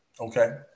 Okay